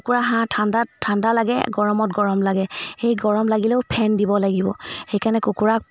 কুকুৰা হাঁহ ঠাণ্ডাত ঠাণ্ডা লাগে গৰমত গৰম লাগে সেই গৰম লাগিলেও ফেন দিব লাগিব সেইকাৰণে কুকুৰা